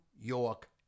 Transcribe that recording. York